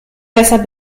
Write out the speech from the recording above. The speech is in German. besser